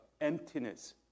emptiness